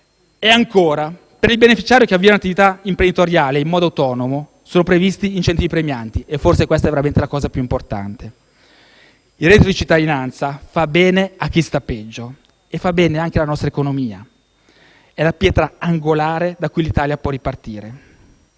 E, ancora, per i beneficiari che avviano un'attività imprenditoriale in modo autonomo sono previsti incentivi premianti e, forse, questa è veramente la cosa più importante. Il reddito di cittadinanza fa bene a chi sta peggio e fa bene anche alla nostra economia; è la pietra angolare da cui l'Italia può ripartire.